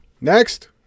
next